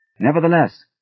Nevertheless